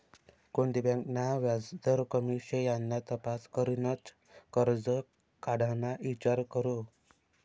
कोणती बँक ना व्याजदर कमी शे याना तपास करीनच करजं काढाना ईचार करो